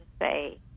say